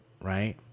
right